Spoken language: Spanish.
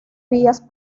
vías